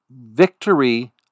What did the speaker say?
victory